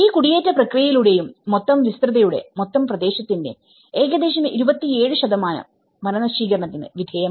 ഈ കുടിയേറ്റ പ്രക്രിയയിലൂടെയും മൊത്തം വിസ്തൃതിയുടെമൊത്തം പ്രദേശത്തിന്റെ ഏകദേശം 27 വനനശീകരണത്തിന് വിധേയമായി